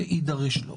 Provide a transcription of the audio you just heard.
שיידרש לו.